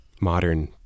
modern